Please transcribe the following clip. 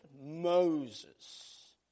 Moses